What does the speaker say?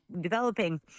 developing